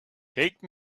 take